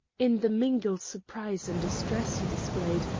in the mingled surprise and distress he displayed,